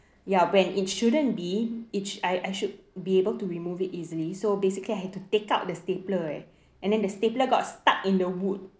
ya when it shouldn't be it I I should be able to remove it easily so basically I had to take out the stapler eh and then the stapler got stuck in the wood